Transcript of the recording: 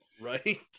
Right